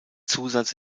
zusatz